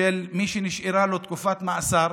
שמי שנשארה לו תקופת מאסר,